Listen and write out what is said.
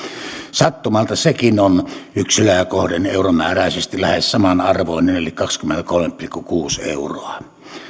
sattumalta sekin on yksilöä kohden euromääräisesti lähes samanarvoinen eli kaksikymmentäkolme pilkku kuusi euroa